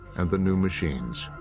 and the new machines.